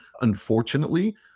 unfortunately